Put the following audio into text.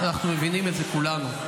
אנחנו מבינים את זה כולנו.